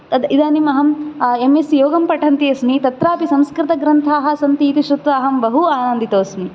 तत् इदानीम् अहम् एम् एस् सि योगं पठन्ती अस्मि तत्रापि संस्कृतग्रन्थाः सन्ति इति श्रुत्वा अहं बहु आनन्दितोस्मि